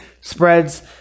spreads